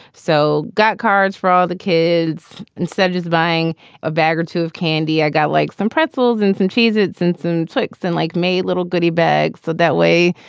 so got cards for all the kids. instead of just buying a bag or two of candy, i got like some pretzels and some cheese. it's and insane. twix and like me little goody bag. so that way,